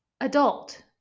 adult